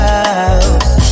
house